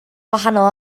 wahanol